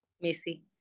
Missy